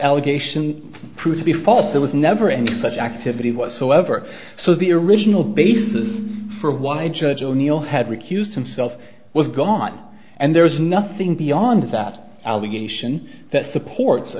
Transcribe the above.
allegation proved to be false there was never any such activity whatsoever so the original basis for why judge o'neill had recused himself was gone and there was nothing beyond that allegation that supports